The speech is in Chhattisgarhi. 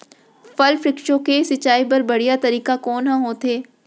फल, वृक्षों के सिंचाई बर बढ़िया तरीका कोन ह होथे?